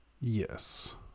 Yes